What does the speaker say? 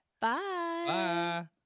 Bye